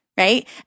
right